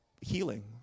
healing